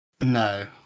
No